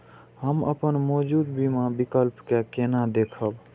हम अपन मौजूद बीमा विकल्प के केना देखब?